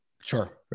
Sure